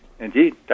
Indeed